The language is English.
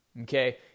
okay